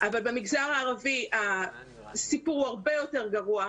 אבל במגזר הערבי הסיפור הוא הרבה יותר גרוע.